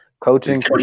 Coaching